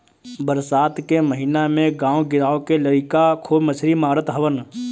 बरसात के महिना में गांव गिरांव के लईका खूब मछरी मारत हवन